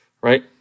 right